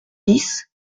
dix